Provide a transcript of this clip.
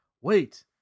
Wait